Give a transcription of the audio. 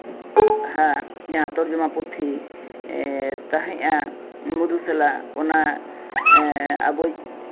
ᱡᱟᱦᱟᱸ ᱛᱚᱨᱡᱚᱢᱟ ᱯᱩᱛᱷᱤ ᱛᱟᱦᱮᱸᱫᱼᱟ ᱢᱚᱫᱷᱩ ᱥᱟᱞᱟᱜ ᱚᱱᱟ ᱟᱵᱚᱭᱤᱡ